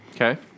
Okay